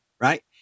right